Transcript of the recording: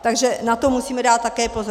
Takže na to musíme dát také pozor.